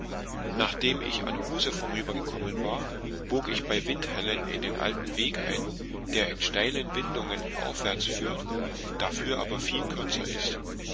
nachdem ich an huse vorübergekommen war bog ich bei vindhellen in den alten weg ein der in steilen windungen aufwärts führt dafür aber viel kürzer ist